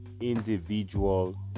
individual